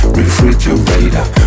refrigerator